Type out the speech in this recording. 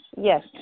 Yes